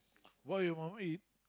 what you normally eat